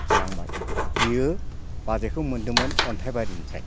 खारलांबाय बियो बाजैखौ मोन्दोंमोन अन्थाइ बारिनिफ्राय